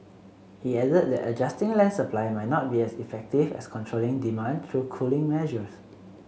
he added that adjusting land supply might not be as effective as controlling demand through cooling measures